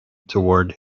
toward